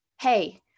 Hey